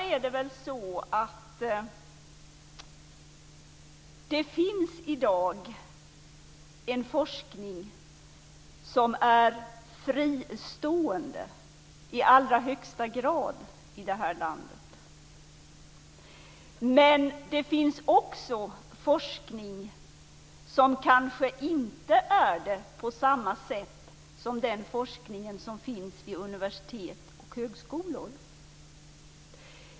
I dag finns en forskning som i allra högsta grad är fristående, men det finns också forskning som kanske inte är det på samma sätt som den forskning som finns vid universitet och högskolor.